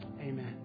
amen